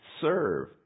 serve